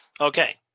okay